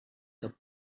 que